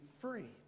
free